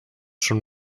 schon